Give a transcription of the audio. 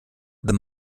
the